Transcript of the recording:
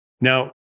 Now